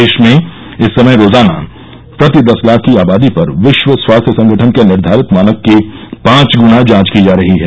देश में इस समय रोजाना प्रति दस लाख की आबादी पर विश्व स्वास्थ्य संगठन के निर्धारित मानक की पांच गुना जांच की जा रही हैं